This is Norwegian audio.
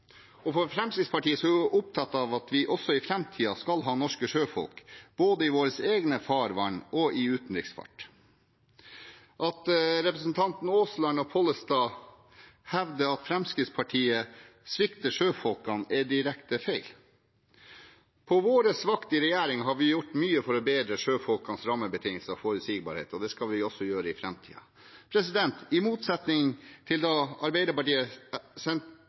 Fremskrittspartiet er opptatt av at vi også i framtiden skal ha norske sjøfolk både i våre egne farvann og i utenriksfart. Når representantene Aasland og Pollestad hevder at Fremskrittspartiet svikter sjøfolkene, er det direkte feil. På vår vakt i regjering har vi gjort mye for å bedre sjøfolks rammebetingelser og forutsigbarhet, og det skal vi også gjøre i framtiden. I motsetning til da Arbeiderpartiet,